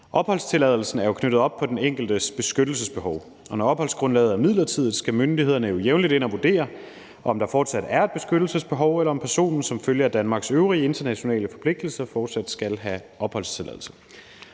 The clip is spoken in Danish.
Opholdstilladelsen er knyttet op på den enkeltes beskyttelsesbehov, og når opholdsgrundlaget er midlertidigt, skal myndighederne jo jævnligt ind at vurdere, om der fortsat er et beskyttelsesbehov, eller om personen som følge af Danmarks øvrige internationale forpligtelser fortsat skal have opholdstilladelse.